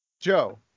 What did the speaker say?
Joe